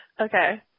Okay